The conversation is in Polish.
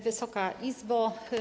Wysoka Izbo!